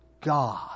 God